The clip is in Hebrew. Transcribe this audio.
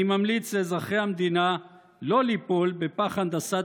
אני ממליץ לאזרחי המדינה לא ליפול בפח הנדסת